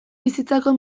bizitzako